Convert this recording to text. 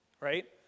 right